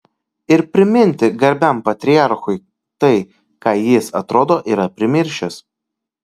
ir priminti garbiam patriarchui tai ką jis atrodo yra primiršęs